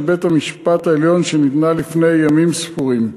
בית-המשפט העליון שניתנה לפני ימים ספורים.